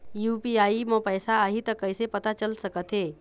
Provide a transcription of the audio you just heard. UPI म पैसा आही त कइसे पता चल सकत हे?